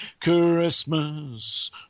Christmas